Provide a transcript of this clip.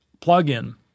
plugin